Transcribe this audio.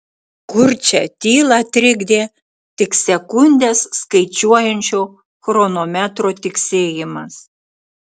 kurčią tylą trikdė tik sekundes skaičiuojančio chronometro tiksėjimas